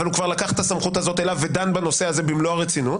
אבל הוא כבר לקח את הסמכות הזאת אליו ודן בנושא הזה במלוא הרצינות,